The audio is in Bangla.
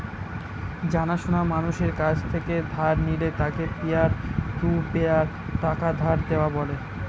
জানা সোনা মানুষের কাছ থেকে ধার নিলে তাকে পিয়ার টু পিয়ার টাকা ধার দেওয়া বলে